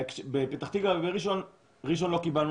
בפתח-תקווה ובראשון בראשון לא קיבלנו